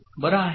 बरं आहे का